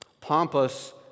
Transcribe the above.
pompous